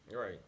Right